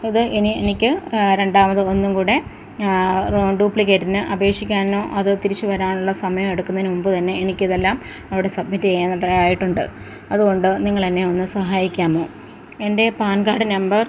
ഇത് ഇനി എനിക്ക് രണ്ടാമത് ഒന്നും കൂടി ഡൂപ്ലിക്കേറ്റിന് അപേക്ഷിക്കാനോ അത് തിരിച്ച് വരാനുള്ള സമയം എടുക്കുന്നതിന് മുമ്പുതന്നെ എനിക്കിതെല്ലാം അവിടെ സബ്മിറ്റ് ചെയ്യാനത്രെ ആയതുകൊണ്ട് അതുകൊണ്ട് നിങ്ങൾ തന്നെ ഒന്ന് സഹായിക്കാമോ എന്റെ പാന് കാർഡ് നമ്പര്